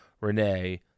Renee